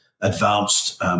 advanced –